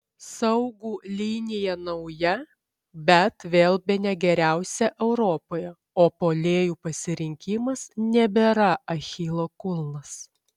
saugų linija nauja bet vėl bene geriausia europoje o puolėjų pasirinkimas nebėra achilo kulnas